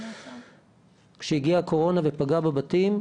כשהגיעה הקורונה ופגעה בבתים,